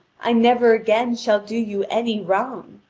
i never again shall do you any wrong.